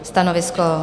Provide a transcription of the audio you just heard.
Stanovisko?